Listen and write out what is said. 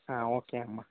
ಹಾಂ ಓಕೆ ಅಮ್ಮ